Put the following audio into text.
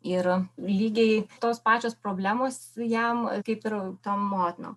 ir lygiai tos pačios problemos jam kaip ir tom motinom